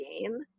game